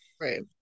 Right